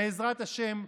בעזרת השם,